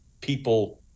people